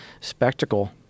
spectacle